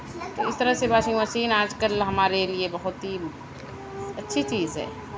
اس طرح سے washing machine آج کل ہمارے لئے بہت ہی اچھی چیز ہے